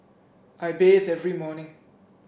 I bathe every morning